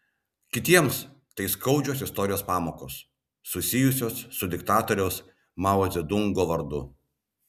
kitiems tai skaudžios istorijos pamokos susijusios su diktatoriaus mao dzedungo vardu